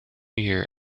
year